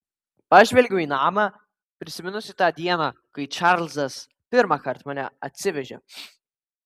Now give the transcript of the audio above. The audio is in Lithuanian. pažvelgiau į namą prisiminusi tą dieną kai čarlzas pirmąkart mane atsivežė